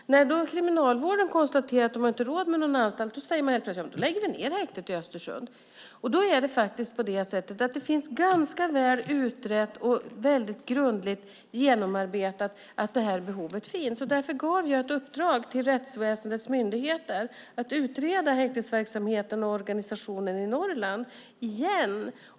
När Kriminalvården konstaterade att de inte hade råd med någon anstalt sade man helt plötsligt: Ja, men då lägger vi ned häktet i Östersund. Det är faktiskt ganska väl utrett och grundligt genomarbetat att det här behovet finns. Därför gav jag ett uppdrag till rättsväsendets myndigheter att utreda häktesverksamheten och organisationen i Norrland igen.